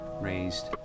raised